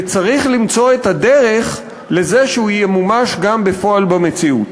וצריך למצוא את הדרך לזה שהוא ימומש גם בפועל במציאות.